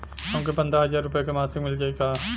हमके पन्द्रह हजार रूपया क मासिक मिल जाई का?